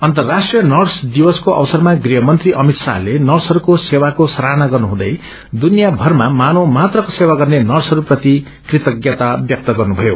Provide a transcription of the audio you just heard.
अन्तर्राष्ट्रीय नर्सदिवसकोअवसरमागृहमन्त्री अमित शाहतेनर्सहरूकोसेवाकोसराहनागर्नुहुँदैदुनियाभरमामानवमात्रकोसेवागर्नेनर्सहरूपतिकृतज्ञताव्यक्तगर्नुभयो